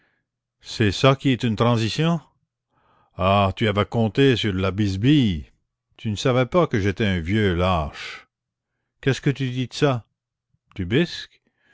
c'est ça qui est une transition ah tu avais compté sur de la bisbille tu ne savais pas que j'étais un vieux lâche qu'est-ce que tu dis de ça tu bisques